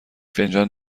فنجان